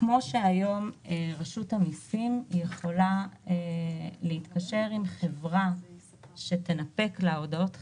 כפי שהיום רשות המיסים יכולה להתקשר עם חברה שתנפק לה הודעות חיוב,